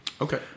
okay